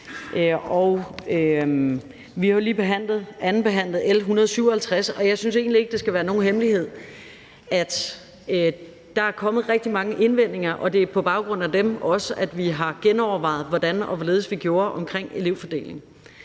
Vi har jo lige andenbehandlet L 157, og jeg synes egentlig ikke, det skal være nogen hemmelighed, at der er kommet rigtig mange indvendinger, og det er også på baggrund af dem, at vi har genovervejet, hvordan og hvorledes vi skulle gøre det omkring elevfordelingen.